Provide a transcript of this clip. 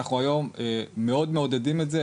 אנחנו היום מאוד מעודדים את זה.